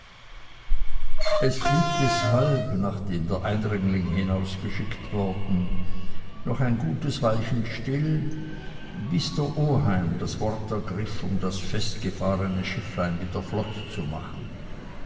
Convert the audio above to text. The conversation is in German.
es blieb deshalb nachdem der eindringling hinausgeschickt worden noch ein gutes weilchen still bis der oheim das wort ergriff um das festgefahrene schifflein wieder flottzumachen man